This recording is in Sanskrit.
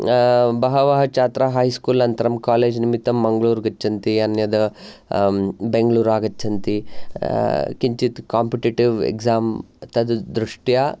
बहवः छात्राः हैस्कूल् अन्तरं कालेज् निमित्तं मङ्गलुर् गच्छन्ति अन्यत् बैङ्गलुर् आगच्छन्ति किञ्चित् एक्जाम् तत् दृष्ट्या